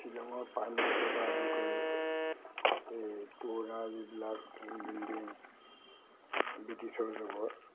শ্বিলঙৰ পাইন গছৰপৰা আদি কৰি এই পুৰণা যিবিলাক বিল্ডিং ব্ৰিটিছৰ যুগৰ